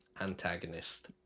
antagonist